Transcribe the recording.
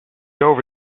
over